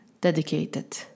dedicated